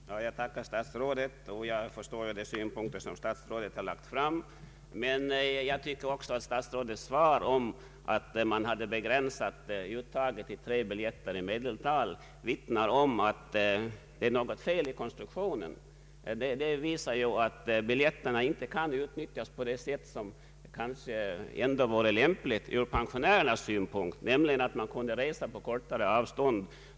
Herr talman! Jag tackar statsrådet och förstår de synpunkter som statsrådet lagt fram, men jag tycker att statsrådets uppgift om att pensionärerna begränsat uttaget till i medeltal tre biljetter per år vittnar om att det är något fel i konstruktionen, Det visar att biljetterna inte kan utnyttjas på det sätt som kanske vore lämpligast från pensionärernas synpunkt. 67-kortet borde få användas även för resor på kortare avstånd.